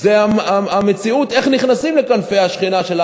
של העם היהודי זה איך נכנסים תחת כנפי השכינה.